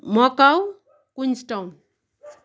Macau कुन्सटोम